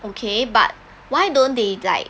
okay but why don't they like